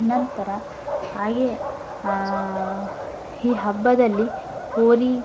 ನಂತರ ಹಾಗೇ ಈ ಹಬ್ಬದಲ್ಲಿ ಹೋರಿ